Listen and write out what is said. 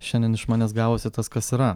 šiandien iš manęs gavosi tas kas yra